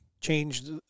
changed